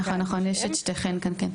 נכון, נכון, יש את שתיכן כאן.